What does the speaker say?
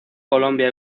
colombia